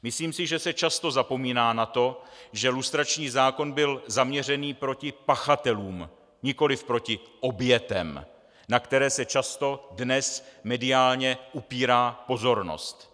Myslím si, že se často zapomíná na to, že lustrační zákon byl zaměřen proti pachatelům, nikoliv proti obětem, na které se často dnes mediálně upírá pozornost.